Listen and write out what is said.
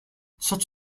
such